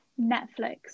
netflix